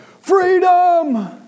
freedom